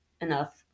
enough